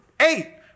eight